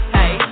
Hey